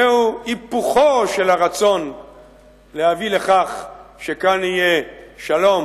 זהו היפוכו של הרצון להביא לכך שיהיה כאן שלום